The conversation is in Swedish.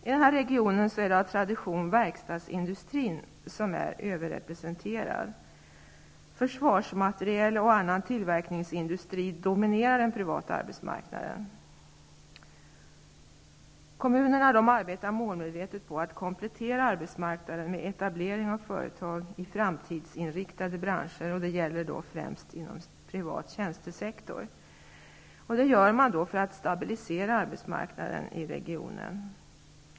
I regionen är av tradition verkstadsindustrin överrepresenterad. Försvarsmateriel och annan tillverkningsindustri dominerar den privata arbetsmarknaden. Kommunerna arbetar målmedvetet på att komplettera arbetsmarknaden med etablering av företag i framtidsinriktade branscher, främst inom privat tjänstesektor. De gör denna komplettering för att stabilisera arbetsmarknaden i regionen.